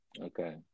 Okay